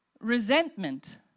Resentment